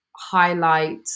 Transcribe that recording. highlight